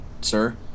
sir